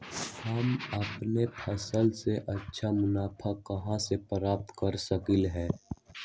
हम अपन फसल से अच्छा मुनाफा कहाँ से प्राप्त कर सकलियै ह?